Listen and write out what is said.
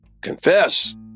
confess